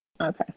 Okay